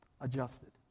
adjusted